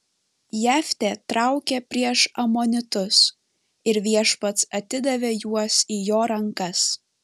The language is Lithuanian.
jeftė traukė prieš amonitus ir viešpats atidavė juos į jo rankas